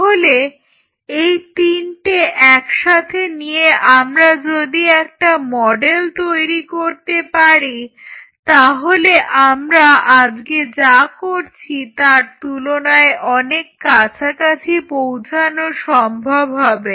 তাহলে এই তিনটে একসাথে নিয়ে আমরা যদি একটা মডেল তৈরি করতে পারি তাহলে আমরা আজকে যা করছি তার তুলনায় অনেক কাছাকাছি পৌঁছানো সম্ভব হবে